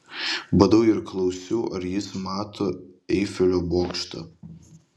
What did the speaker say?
badau ir klausiu ar jis mato eifelio bokštą